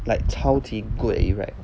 like 超级 good at it right